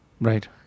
Right